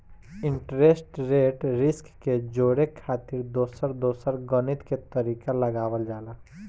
interest rate risk के जोड़े खातिर दोसर दोसर गणित के तरीका लगावल जाला